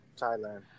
Thailand